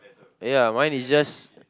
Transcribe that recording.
ya mine is just